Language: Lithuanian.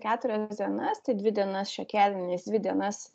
keturias dienas tai dvi dienas šiokiadieniais dvi dienas